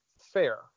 fair